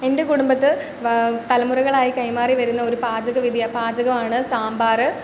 എൻ്റെ കുടുംബത്ത് തലമുറകളായി കൈമാറി വരുന്ന ഒരു പാചക വിദ്യ പാചകമാണ് സാമ്പാർ